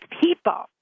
people